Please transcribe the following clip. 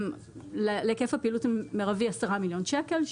להיקף הפעילות המירבי 10 מיליון שקל.